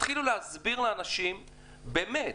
תתחילו להסביר לאנשים באמת,